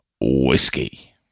whiskey